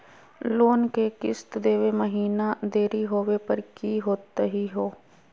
Loan के किस्त देवे महिना देरी होवे पर की होतही हे?